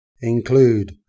include